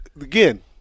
again